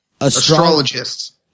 astrologists